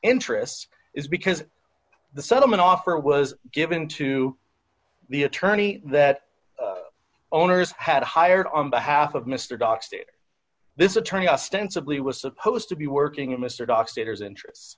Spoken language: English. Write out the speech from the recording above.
interests is because the settlement offer was given to the attorney that owners had hired on behalf of mr dox to this attorney ostensibly was supposed to be working in mr doctor's interests